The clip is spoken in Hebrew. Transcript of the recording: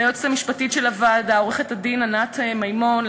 ליועצת המשפטית של הוועדה עורכת-הדין ענת מימון,